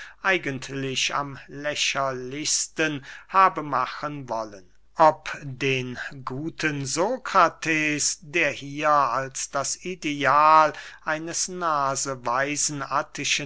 eigentlich am lächerlichsten habe machen wollen ob den guten sokrates der hier als das ideal eines